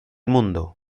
mundo